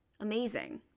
amazing